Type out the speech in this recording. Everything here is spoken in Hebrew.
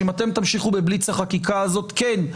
אם תמשיכו בבליץ החקיקה הזו כן,